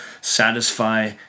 satisfy